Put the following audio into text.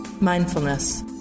mindfulness